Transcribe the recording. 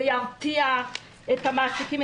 זה ירתיע את המעסיקים,